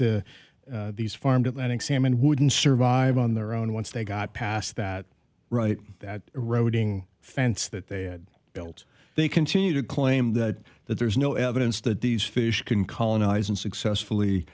the these farmed atlantic salmon wouldn't survive on their own once they got past that right that eroding fence that they had felt they continue to claim that that there is no evidence that these fish can colonize and successfully